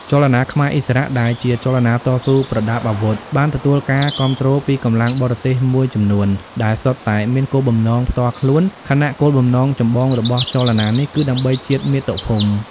ចលនាខ្មែរឥស្សរៈ ដែលជាចលនាតស៊ូប្រដាប់អាវុធ បានទទួលការគាំទ្រពីកម្លាំងបរទេសមួយចំនួន ដែលសុទ្ធតែមានគោលបំណងផ្ទាល់ខ្លួន ខណៈគោលបំណងចម្បងរបស់ចលនានេះគឺដើម្បីជាតិមាតុភូមិ។